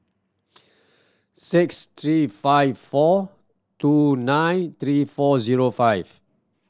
six three five four two nine three four zero five